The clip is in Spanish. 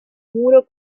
muro